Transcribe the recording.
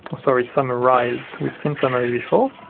sorry summarise. we've seen summary before,